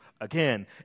again